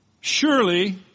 Surely